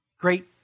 Great